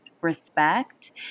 respect